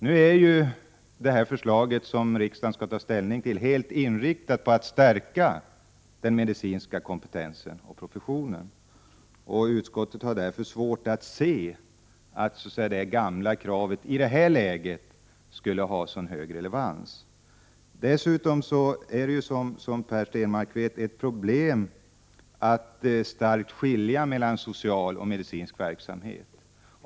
Nu är ju det förslag som riksdagen skall ta ställning inriktat på att stärka den medicinska kompetensen och professionen, och utskottet har därför svårt att se att det gamla kravet i det här läget skulle ha så stor relevans. Dessutom är det, som Per Stenmarck vet, ett problem att klart skilja mellan social och medicinsk verksamhet.